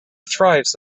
thrives